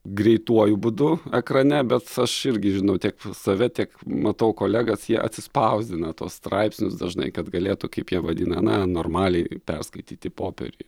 greituoju būdu ekrane bet aš irgi žinau tiek save tiek matau kolegas jie atsispausdina tuos straipsnius dažnai kad galėtų kaip jie vadina na normaliai perskaityti popieriuje